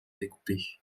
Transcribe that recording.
découpés